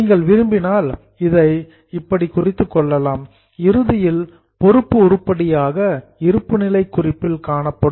நீங்கள் விரும்பினால் இதை இப்படி குறித்த கொள்ளலாம் இறுதியில் பொறுப்பு உருப்படியாக இருப்புநிலை குறிப்பில் காணப்படும்